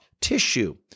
tissue